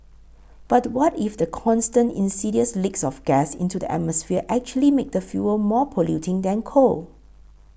but what if the constant insidious leaks of gas into the atmosphere actually make the fuel more polluting than coal